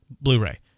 Blu-ray